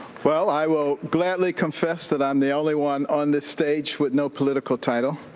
well, i will gladly confess that i'm the only one on this stage with no political title.